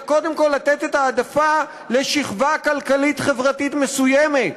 אלא קודם כול לתת את ההעדפה לשכבה כלכלית-חברתית מסוימת.